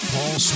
Paul